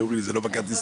הכרטיס